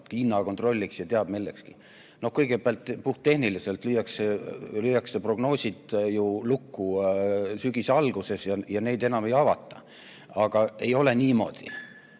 hinnakontrolliks ja teab milleks. Kõigepealt, puhttehniliselt lüüakse prognoosid ju lukku sügise alguses ja neid enam ei avata. Aga ei ole niimoodi